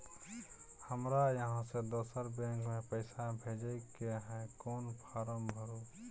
हमरा इहाँ से दोसर बैंक में पैसा भेजय के है, कोन फारम भरू?